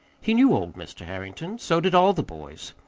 he knew old mr. harrington. so did all the boys.